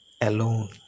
alone